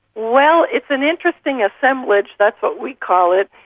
well, it's an interesting assemblage, that's what we call it.